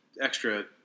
extra